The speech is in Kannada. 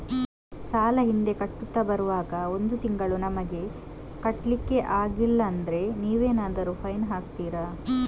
ಸಾಲ ಹಿಂದೆ ಕಟ್ಟುತ್ತಾ ಬರುವಾಗ ಒಂದು ತಿಂಗಳು ನಮಗೆ ಕಟ್ಲಿಕ್ಕೆ ಅಗ್ಲಿಲ್ಲಾದ್ರೆ ನೀವೇನಾದರೂ ಫೈನ್ ಹಾಕ್ತೀರಾ?